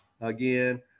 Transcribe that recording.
again